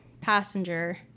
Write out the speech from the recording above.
passenger